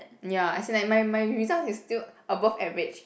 ya as in like my my result is still above average